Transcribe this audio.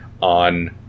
on